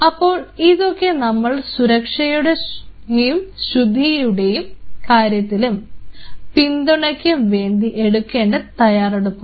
ഇപ്പൊൾ ഇതൊക്കെയാണ് നമ്മൾ സുരക്ഷയുടെയും ശുദ്ധിയുടെയും കാര്യത്തിലും പിന്തുണയ്ക്കും വേണ്ടി എടുക്കേണ്ട തയ്യാറെടുപ്പുകൾ